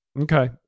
Okay